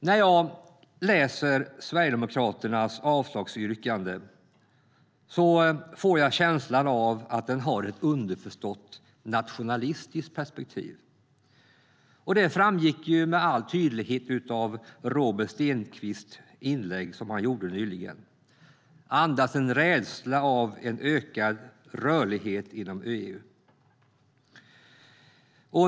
När jag läser Sverigedemokraternas avslagsyrkande får jag känslan av att den har ett underförstått nationalistiskt perspektiv. Det framgick med all tydlighet av det inlägg som Robert Stenkvist gjorde nyligen. Det andas en rädsla för ökad rörlighet inom EU.